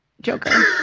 Joker